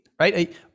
right